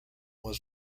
was